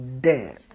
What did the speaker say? dead